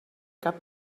cap